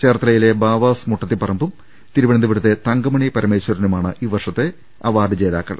ചേർത്തലയിലെ ബാവാസ് മുട്ടത്തിപ്പറമ്പും തിരുവനന്തപുരത്തെ തങ്കമണി പരമേശ്വരനുമാണ് ഈ വർഷത്തെ അവാർഡുകൾ